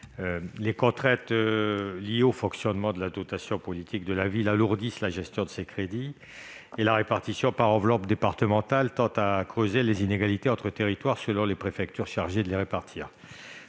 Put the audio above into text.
Les contraintes liées au fonctionnement de cette dotation alourdissent la gestion de ces crédits. La répartition par enveloppe départementale tend à creuser les inégalités entre territoires selon les préfectures chargées de les répartir.